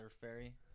fairy